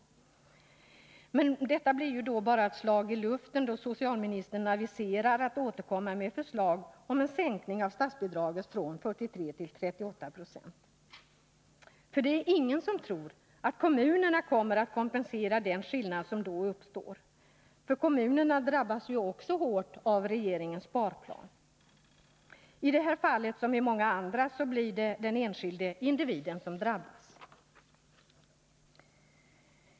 Men detta blir bara ett slag i luften, då socialministern aviserar att hon skall återkomma med förslag om en sänkning av statsbidraget från 43 till 38 26, för det är ingen som tror att kommunerna kommer att kompensera den skillnad som då uppstår. Kommunerna drabbas ju också hårt av regeringens sparplan. I det här fallet som i många andra blir det den enskilda individen som drabbas.